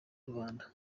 rubanda